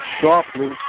sharply